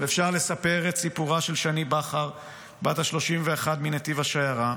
אפשר לספר את סיפורה של שני בכר בת 31 מנתיב השיירה,